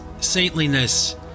saintliness